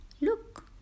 Look